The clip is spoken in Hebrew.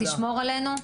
תשמור עלינו,